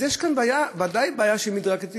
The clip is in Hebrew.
אז יש כאן בוודאי בעיה של הדרגתיות,